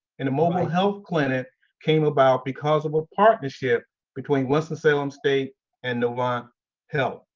and the mobile health clinic came about because of a partnership between winston-salem state and novant health.